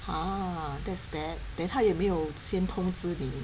!huh! that's bad then 他有没有先通知的